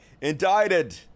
indicted